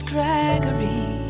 Gregory